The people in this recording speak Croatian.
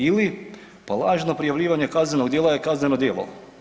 Ili pa lažno prijavljivanje kaznenog djela je kazneno djelo.